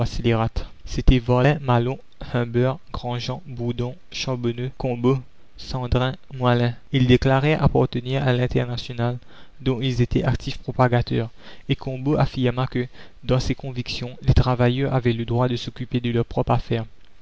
varlin malon humber grandjean bourdon charbonneau combault sandrin moilin ils déclarèrent appartenir à l'internationale dont ils étaient actifs propagateurs et combault affirma que dans ses convictions les travailleurs avaient le droit de s'occuper de leurs propres affaires